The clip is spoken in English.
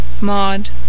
Maud